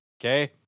okay